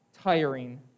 tiring